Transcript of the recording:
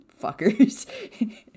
fuckers